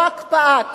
לא הקפאה,